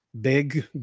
big